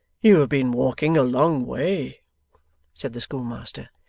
you have been walking a long way said the schoolmaster.